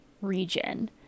region